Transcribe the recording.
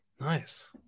Nice